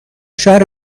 شهر